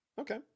Okay